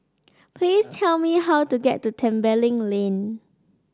please tell me how to get to Tembeling Lane